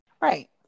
Right